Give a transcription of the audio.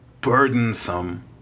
burdensome